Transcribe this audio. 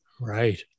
Right